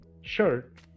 shirt